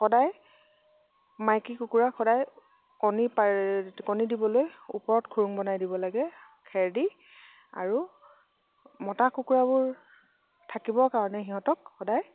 সদায় মাইকী কুকুৰা সদায় কণী পাৰ কণী দিবলৈ ওপৰত খুৰুং বনাই দিব লাগে খেৰ দি আৰু মতা কুকুৰাবোৰ থাকিবৰ কাৰণে সিহঁতক সদায়